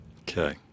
Okay